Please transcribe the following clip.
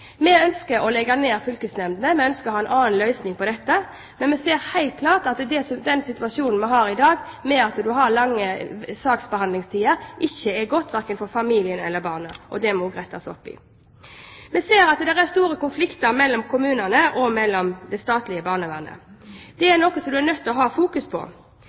Vi ønsker å legge ned fylkesnemndene. Vi ønsker å ha en annen løsning på dette. Vi ser helt klart at den situasjonen vi har i dag, med lang saksbehandlingstid, ikke er god verken for familien eller for barnet. Det må det også rettes opp i. Vi ser at det er store konflikter mellom kommunene og det statlige barnevernet. Det er noe som en er nødt til å fokusere på.